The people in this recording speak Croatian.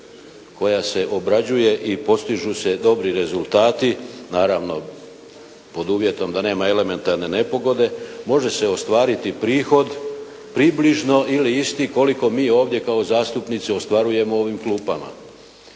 koja se obrađuje i postižu se dobri rezultati, naravno pod uvjetom da nema elementarne nepogode, može se ostvariti prihod približno ili isti koliko mi ovdje kao zastupnici ostvarujemo u ovom klupama.